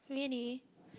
really